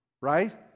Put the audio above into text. Right